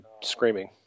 screaming